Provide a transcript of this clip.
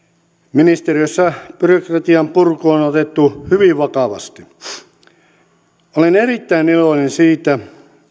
ministeriössä byrokratian purku on on otettu hyvin vakavasti olen erittäin iloinen siitä